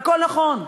הכול נכון,